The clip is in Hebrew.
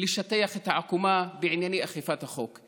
לשטח את העקומה בענייני אכיפת החוק.